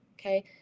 Okay